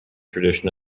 tradition